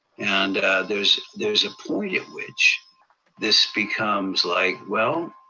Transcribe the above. and there's there's a point at which this becomes like well,